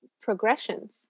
progressions